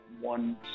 one